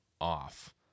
off